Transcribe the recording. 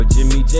Jimmy